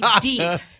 deep